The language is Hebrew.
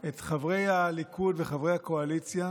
את חברי הליכוד וחברי הקואליציה